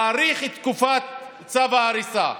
להאריך את תקופת צו ההריסה,